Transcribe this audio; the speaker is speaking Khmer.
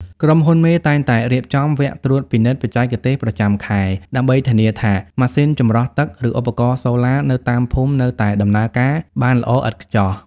ក្រុមហ៊ុនមេតែងតែរៀបចំ "វគ្គត្រួតពិនិត្យបច្ចេកទេសប្រចាំខែ" ដើម្បីធានាថាម៉ាស៊ីនចម្រោះទឹក ឬឧបករណ៍សូឡានៅតាមភូមិនៅតែដំណើរការបានល្អឥតខ្ចោះ។